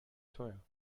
teuer